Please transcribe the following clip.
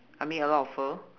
I mean a lot of fur